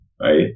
Right